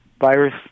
virus